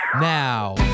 now